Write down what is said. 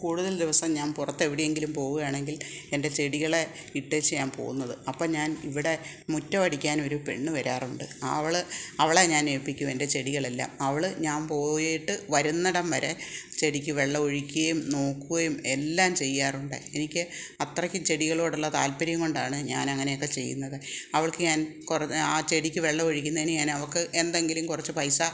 കൂടുതൽ ദിവസം ഞാൻ പുറത്ത് എവിടെയെങ്കിലും പോവുകയാണെങ്കിൽ എൻ്റെ ചെടികളെ ഇട്ടേച്ച് ഞാൻ പോകുന്നത് അപ്പം ഞാൻ ഇവിടെ മുറ്റം അടിക്കാൻ ഒരു പെണ്ണ് വരാറുണ്ട് അവൾ അവളെ ഞാൻ ഏൽപിക്കും എൻ്റെ ചെടികളെല്ലാം അവൾ ഞാൻ പോയിട്ട് വരുന്നിടം വരെ ചെടിക്ക് വെള്ളമൊഴിക്കുകയും നോക്കുകയും എല്ലാം ചെയ്യാറുണ്ട് എനിക്ക് അത്രയ്ക്ക് ചെടികളോടുള്ള താല്പര്യം കൊണ്ടാണ് ഞാൻ അങ്ങനെയൊക്കെ ചെയ്യുന്നത് അവൾക്ക് ഞാൻ കൊറ ആ ചെടിക്ക് വെള്ളം ഒഴിക്കുന്നതിന് അവൾക്ക് എന്തെങ്കിലും കുറച്ച് പൈസ